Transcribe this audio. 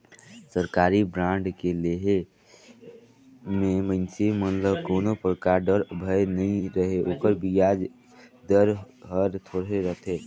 सरकारी बांड के लेहे मे मइनसे मन ल कोनो परकार डर, भय नइ रहें ओकर बियाज दर हर थोरहे रथे